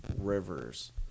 Rivers